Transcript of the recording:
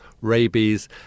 rabies